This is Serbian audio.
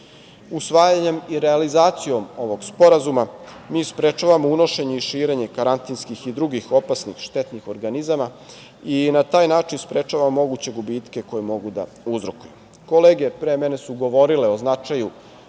bilja. Usvajanjem i realizacijom ovog sporazuma mi sprečavamo unošenje i širenje karantinskih i drugih opasnih štetnih organizama i na taj način sprečava moguće gubitke koje mogu da uzrokuju. Kolege pre mene su govorile o značaju